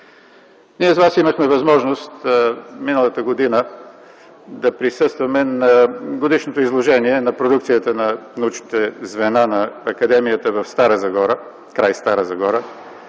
Ние с Вас имахме възможност миналата година да присъстваме на годишното изложение на продукцията на научните звена на Академията край Стара Загора